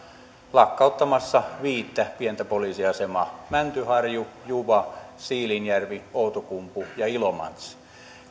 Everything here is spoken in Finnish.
lakkauttamassa viittä pientä poliisiasemaa mäntyharju juva siilinjärvi outokumpu ja ilomantsi